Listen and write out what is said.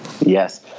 Yes